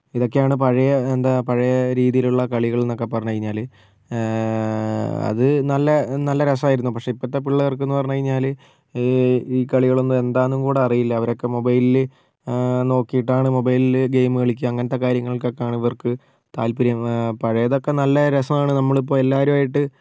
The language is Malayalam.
ഇതൊക്കെയാണ് പഴയ എന്താ പഴയ രീതിയിലുള്ള കളികൾ എന്നൊക്കെ പറഞ്ഞ് കഴിഞ്ഞാൽ അത് നല്ല നല്ല രസമായിരുന്നു പക്ഷെ ഇപ്പോഴത്തെ പിള്ളേർക്കെന്ന് പറഞ്ഞ് കഴിഞ്ഞാൽ ഈ ഈ കളികളൊന്നും എന്താന്നും കൂടെ അറിയില്ല അവരൊക്കെ മൊബൈലിൽ നോക്കിട്ടാണ് മൊബൈലിൽ ഗെയിംമ് കളിക്കുക അങ്ങനത്തെ കാര്യങ്ങൾക്കക്കാണ് ഇവർക്ക് താൽപ്പര്യം പഴയതൊക്കെ നല്ല രസമാണ് നമ്മളിപ്പോൾ എല്ലാവരുമായിട്ട്